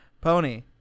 pony